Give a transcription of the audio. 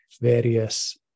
various